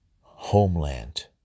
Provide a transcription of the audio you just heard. homeland